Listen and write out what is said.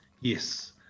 Yes